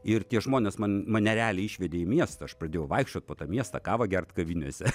ir tie žmonės man mane realiai išvedė į miestą aš pradėjau vaikščiot po miestą kavą gert kavinėse